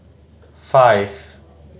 five